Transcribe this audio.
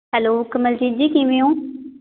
hello Kamaljeet ji ਕਿਵੇਂ ਓਂ